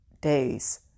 days